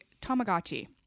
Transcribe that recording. tamagotchi